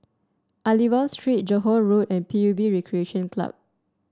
Aliwal Street Johore Road and P U B Recreation Club